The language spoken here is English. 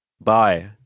Bye